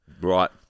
Right